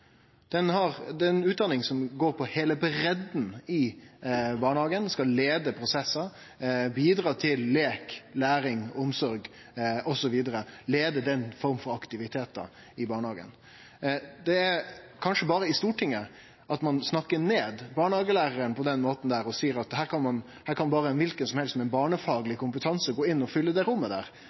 utdanning som går på heile breidda i barnehagen: Ho skal leie prosessar, bidra til lek, læring, omsorg osv. – ho skal leie den forma for aktivitetar i barnehagen. Det er kanskje berre i Stortinget at ein snakkar ned barnehagelæraren på den måten og seier at her kan kven som helst med barnefagleg kompetanse gå inn og fylle det rommet.